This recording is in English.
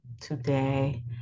today